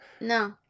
No